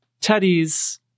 Teddy's